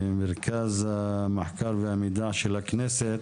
ממרכז המחקר והמידע של הכנסת.